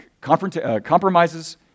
Compromises